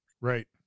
right